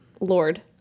lord